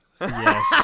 Yes